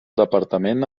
departament